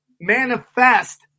manifest